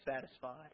satisfied